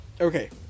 Okay